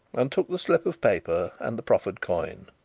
and took the slip of paper and the proffered coin.